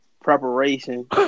preparation